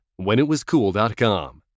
WhenItWasCool.com